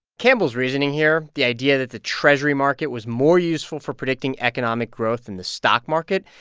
campbell's reasoning here, the idea that the treasury market was more useful for predicting economic growth than the stock market,